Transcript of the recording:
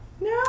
No